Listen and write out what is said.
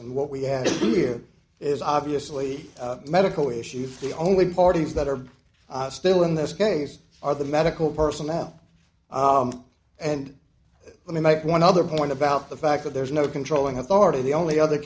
and what we have here is obviously medical issues the only parties that are still in this case are the medical personnel and let me make one other point about the fact that there's no controlling authority the only other